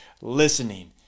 listening